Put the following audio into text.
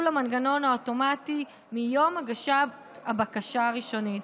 יחול המנגנון האוטומטי מיום הגשת הבקשה הראשונית,